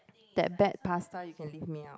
that bad pasta you can leave me out